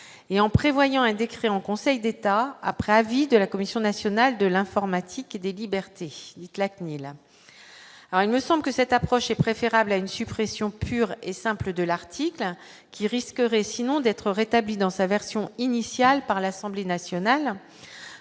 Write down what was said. et en prévoyant un décret en Conseil d'État, après avis de la Commission nationale de l'informatique et des libertés ni claques ni alors il me semble que cette approche est préférable à une suppression pure et simple de l'article qui risqueraient sinon d'être rétabli dans sa version initiale, par l'Assemblée nationale